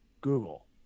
google